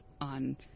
on